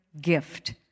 gift